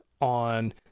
on